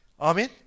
Amen